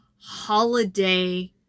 holiday